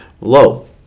low